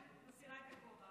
אני מסירה את הכובע,